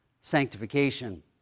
sanctification